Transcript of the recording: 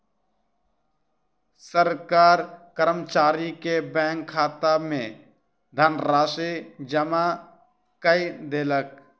सरकार कर्मचारी के बैंक खाता में धनराशि जमा कय देलक